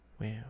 Wow